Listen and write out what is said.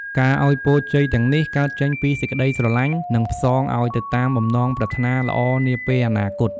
ការអោយពរជ័យទាំងនេះកើតចេញពីសេចក្តីស្រឡាញ់ និងផ្សងអោយទៅតាមបំណងប្រាថ្នាល្អនាពេលអនាគត។